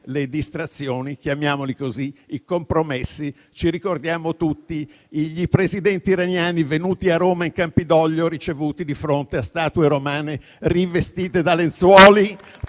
Le distrazioni, chiamiamole così, i compromessi, li ricordiamo tutti: i Presidenti iraniani venuti a Roma in Campidoglio e ricevuti di fronte a statue romane rivestite da lenzuoli,